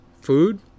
food